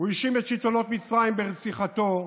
הוא האשים את שלטונות מצרים ברציחתו,